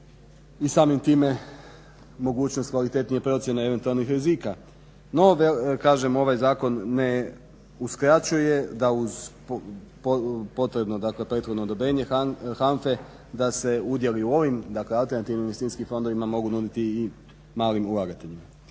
i samim time mogućnost kvalitetnije procjene eventualnih rizika. No kažem ovaj zakon ne uskraćuje da uz potrebno prethodno odobrenje HANFA-e da se u udjeli u ovim alternativnim investicijskim fondovima mogu nuditi i malim ulagateljima.